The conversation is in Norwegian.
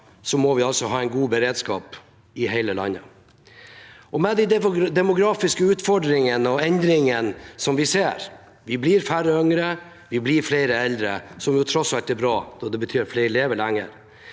må vi ha en god beredskap i hele landet. De demografiske utfordringene og endringene vi ser, at vi blir færre yngre og flere eldre – som tross alt er bra, for det betyr at flere lever lenger